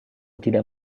tidak